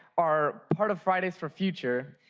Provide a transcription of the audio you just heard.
are part of friday's for future.